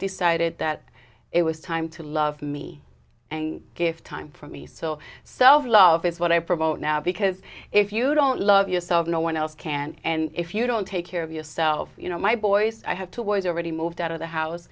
decided that it was time to love me if time for me so self love is what i promote now because if you don't love yourself no one else can and if you don't take care of yourself you know my boys i have to was already moved out of the house